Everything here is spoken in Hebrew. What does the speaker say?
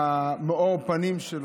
ומאור הפנים שלו.